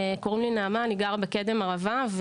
אני גרה בקדם ערבה,